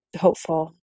hopeful